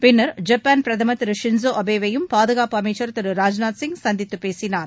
பின்னர் ஜப்பான் பிரதமர் திரு ஷின்சோ அபேவையும் பாதுகாப்பு அமைச்சர் திரு ராஜ்நாத் சிங் சந்தித்து பேசினார்